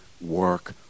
work